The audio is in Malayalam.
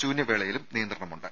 ശൂന്യവേളയിലും നിയന്ത്രണമുണ്ട്